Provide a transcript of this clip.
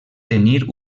tenir